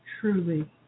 truly